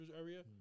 area